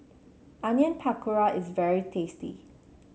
Onion Pakora is very tasty